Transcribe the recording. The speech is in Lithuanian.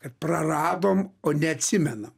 kad praradom o neatsimenam